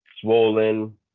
swollen